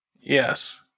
Yes